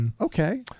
okay